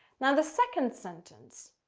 now the second sentence,